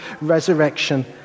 resurrection